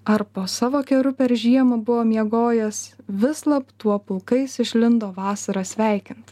ar po savo keru per žiemą buvo miegojęs vislab tuo pulkais išlindo vasarą sveikint